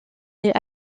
est